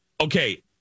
Okay